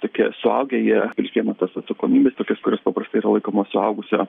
tokie suaugę jie prisiima tas atsakomybes tokias kurios paprastai yra laikomos suaugusio